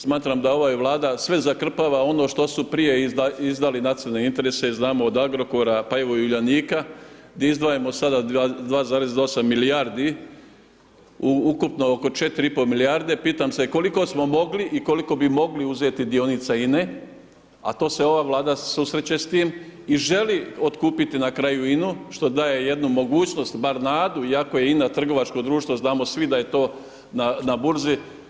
Smatram da ova Vlada sve zakrpava ono što su prije izdali nacionalne interese i znamo od Agrokora, pa evo i Uljanika, gdje izdvajamo sada 2,8 milijardi u ukupno oko 4,5 milijarde, pitam se koliko smo mogli i koliko bi mogli uzeti dionica INA-e a to se ova Vlada susreće sa tim i želi otkupiti na kraju INA-u što daje jednu mogućnost, bar nadu iako je INA trgovačko društvo, znamo svi da je to na burzi.